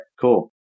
cool